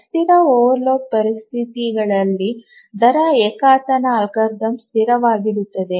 ಅಸ್ಥಿರ ಓವರ್ಲೋಡ್ ಪರಿಸ್ಥಿತಿಗಳಲ್ಲಿ ದರ ಏಕತಾನ ಅಲ್ಗಾರಿದಮ್ ಸ್ಥಿರವಾಗಿರುತ್ತದೆ